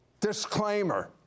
disclaimer